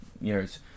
years